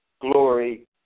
glory